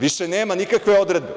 Više nema nikakve odredbe.